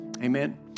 Amen